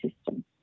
system